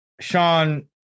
Sean